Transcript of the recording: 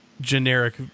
generic